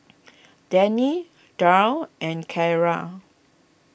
Denny Darwyn and Kaila